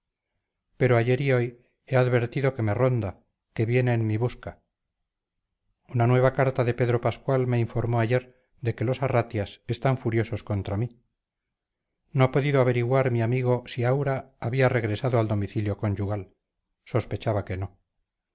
pero ayer y hoy he advertido que me ronda que viene en mi busca una nueva carta de pedro pascual me informó ayer de que los arratias están furiosos contra mí no ha podido averiguar mi amigo si aura había regresado al domicilio conyugal sospechaba que no